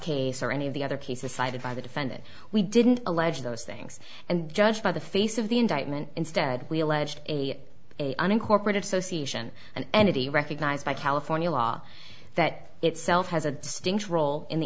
case or any of the other cases cited by the defendant we didn't allege those things and judged by the face of the indictment instead we alleged a unincorporated association an entity recognized by california law that itself has a distinct role in the